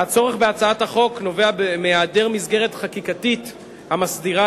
הצורך בהצעת החוק נובע מהעדר מסגרת חקיקתית המסדירה